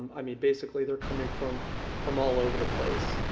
i mean, basically they're coming from from all over the place.